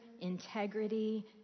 integrity